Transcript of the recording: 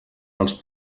dels